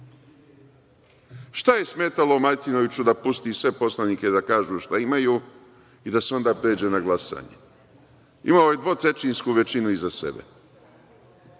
Šta je smetalo Martinoviću da pusti sve poslanike da kažu šta imaju i da se onda pređe na glasanje? Imao je dvotrećinsku većinu iza sebe,